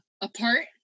apart